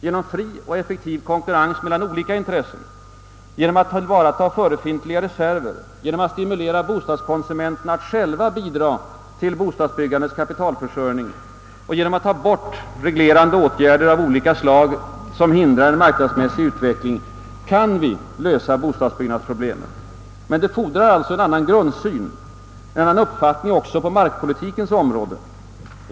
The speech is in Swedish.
Genom fri och effektiv konkurrens mellan olika intressen, genom att tillvarata förefintliga reserver, genom att stimulera bostadskonsumenterna att själva bidra till bostadsbyggandets kapitalförsörjning och genom att ta bort reglerande åtgärder av olika slag, som hindrar en marknadsmässig utveckling, kan vi lösa bostadsbyggnadsproblemet. Men det fordrar alltså en annan grundsyn, en annan uppfattning också på markpolitikens område.